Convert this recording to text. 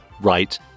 right